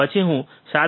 પછી હું 7